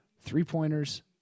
Three-pointers